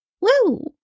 Woo